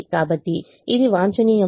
కాబట్టి ఇది వాంఛనీయమైనది